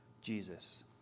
Jesus